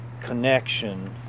connection